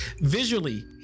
visually